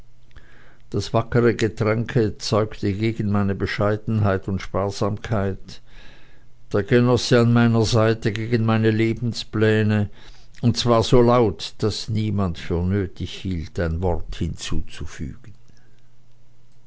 das wackere getränke zeugte gegen meine bescheidenheit und sparsamkeit der genosse an meiner seite gegen meine lebenspläne und zwar so laut daß niemand für nötig hielt ein wort hinzuzufügen